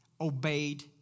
obeyed